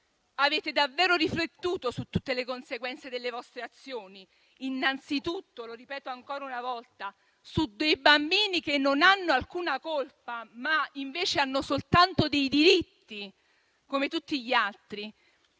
Avete davvero riflettuto su tutte le conseguenze delle vostre azioni, innanzitutto - lo ripeto ancora una volta - su bambini che non hanno alcuna colpa, ma che invece hanno soltanto diritti, come tutti gli altri?